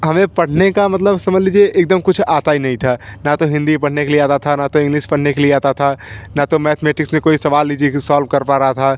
हमें पढ़ने का मतलब समझ लीजिए एक दम कुछ आता ही नहीं था ना तो हिन्दी पढ़ने के लिए आता था ना तो इंग्लिस पढ़ने के लिए आता था ना तो मैथमैटिक्स में कोई सवाल लीजिए कि सौल्भ कर पा रहा था